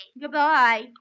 Goodbye